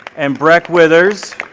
and breck withers.